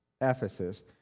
Ephesus